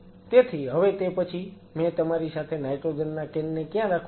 તેથી હવે તે પછી મેં તમારી સાથે નાઈટ્રોજન ના કેન ને ક્યાં રાખવું જોઈએ